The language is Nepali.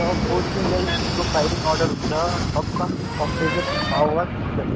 सर फोर सिलिन्डर इन्जिनको फाइरिङ अर्डर हुन्छ सक्सन कम्प्रेसन पावर